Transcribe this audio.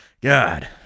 God